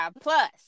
plus